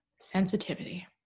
sensitivity